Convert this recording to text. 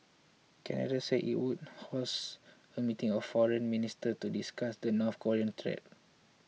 Canada said it would host a meeting of foreign ministers to discuss the North Korean threat